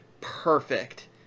perfect